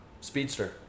Speedster